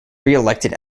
reelected